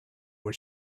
had